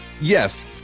Yes